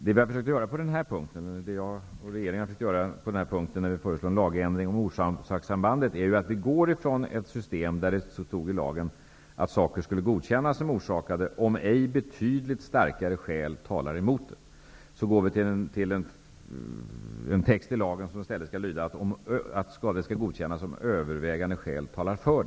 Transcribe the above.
Det regeringen och jag har försökt att göra när vi föreslår en lagändring angående orsakssamband, är att gå från ett system där det står i lagen att skador skall godkännas ''om ej betydligt starkare skäl talar emot'' till en text i lagen som lyder ''att skador skall godkännas om övervägande skäl talar för''.